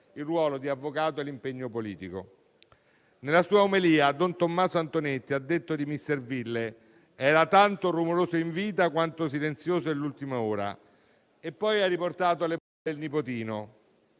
il ruolo di avvocato e l'impegno politico. Nella sua omelia, don Tommaso Antonetti ha detto di Misserville che era tanto rumoroso in vita quanto silenzioso nell'ultima ora. E poi ha riportato le parole del nipotino